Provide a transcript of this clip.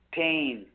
pain